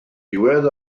diwedd